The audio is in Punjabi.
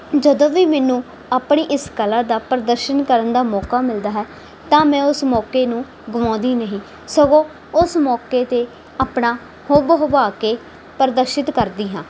ਜਦੋਂ ਵੀ ਮੈਨੂੰ ਆਪਣੀ ਇਸ ਕਲਾ ਦਾ ਪ੍ਰਦਰਸ਼ਨ ਕਰਨ ਦਾ ਮੌਕਾ ਮਿਲਦਾ ਹੈ ਤਾਂ ਮੈਂ ਉਸ ਮੌਕੇ ਨੂੰ ਗਵਾਉਂਦੀ ਨਹੀਂ ਸਗੋਂ ਉਸ ਮੌਕੇ 'ਤੇ ਆਪਣਾ ਹੁਬ ਹੁਬਾ ਕੇ ਪ੍ਰਦਰਸ਼ਿਤ ਕਰਦੀ ਹਾਂ